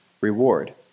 reward